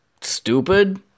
stupid